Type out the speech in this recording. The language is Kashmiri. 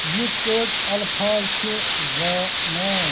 یِہ کٕژ الفاظ چھُ زانان